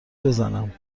بزنماینا